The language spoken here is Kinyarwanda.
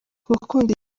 gukunda